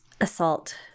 assault